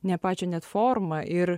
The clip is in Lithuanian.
ne pačią net formą ir